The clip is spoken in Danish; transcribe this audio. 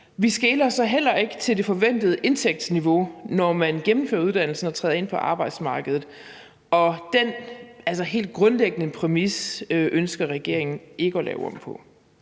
Vi skeler heller ikke til det forventede indtægtsniveau, når man gennemfører uddannelsen og træder ind på arbejdsmarkedet, og den helt grundlæggende præmis ønsker regeringen ikke at lave om på.